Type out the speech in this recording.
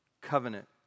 Covenant